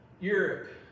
Europe